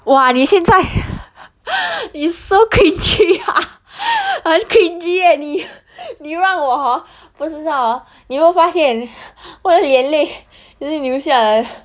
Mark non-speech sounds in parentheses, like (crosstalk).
哇你现在 (laughs) is so cringey (laughs) 很 cringey eh 你 (laughs) 你让我 orh 我不知道你有没有发现我的眼泪已经流下来了